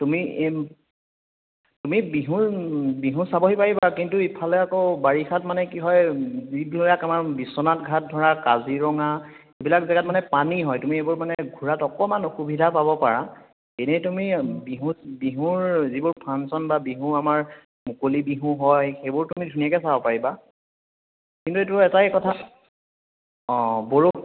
তুমি এই তুমি বিহু বিহু চাবহি পাৰিবা কিন্তু ইফালে আকৌ বাৰিষাত মানে কি হয় যিবিলাক আমাক বিশ্বনাথ ঘাট ধৰা কাজিৰঙা এইবিলাক জাগাত মানে পানী হয় তুমি এবোৰ মানে ঘূৰাত অকণমান অসুবিধা পাব পাৰা এনে তুমি বিহুত বিহুৰ যিবোৰ ফাংচন বা বিহু আমাৰ মুকলি বিহু হয় এইবোৰ তুমি ধুনীয়াকৈ চাব পাৰিবা কিন্তু এটো এটাই কথা অ' বৰষুণ